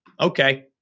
Okay